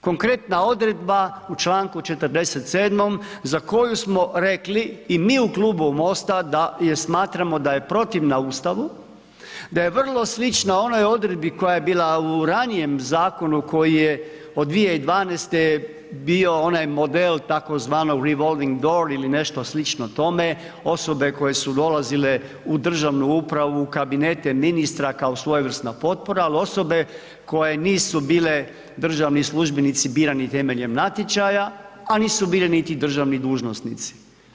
Konkretna odredba u članku 47. za koju smo rekli i mi u Klubu MOST-a da je smatramo da je protivna Ustavu, da je vrlo slična onoj odredbi koja je bila u ranijem zakonu koji je od 2012. bio onaj model tzv. revolving door ili nešto slično tome osobe koje su dolazile u državnu upravu u kabinete ministra kao svojevrsna potpora ali osobe koje nisu bile državni službenici birani temeljem natječaja a nisu bili niti državni dužnosnici.